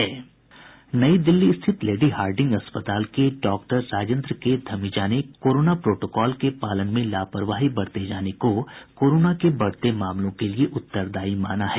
नई दिल्ली स्थित Lady Hardinge अस्पताल के डॉक्टर राजेन्द्र के धमीजा ने कोरोना प्रोटोकॉल के पालन में लापरवाही बरते जाने को कोरोना के बढ़ते मामलों के लिए उत्तरदायी माना है